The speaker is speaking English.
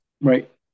Right